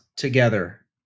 together